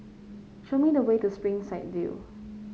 show me the way to Springside View